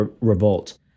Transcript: revolt